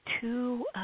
two